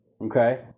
Okay